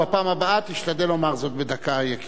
בפעם הבאה תשתדל לומר את זה בדקה, יקירי.